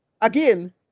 again